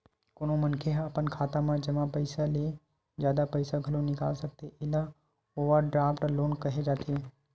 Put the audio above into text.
कोनो मनखे ह अपन खाता म जमा पइसा ले जादा पइसा घलो निकाल सकथे एला ओवरड्राफ्ट लोन केहे जाथे